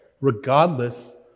regardless